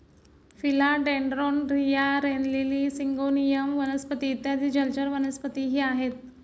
फिला dendron, रिया, rain lily, syngonium वनस्पती इत्यादी जलचर वनस्पतीही आहेत